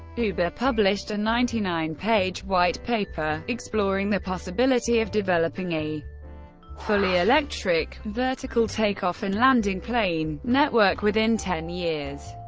uber published a ninety nine page white paper exploring the possibility of developing a fully electric, vertical-takeoff-and-landing plane network within ten years,